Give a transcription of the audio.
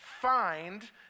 find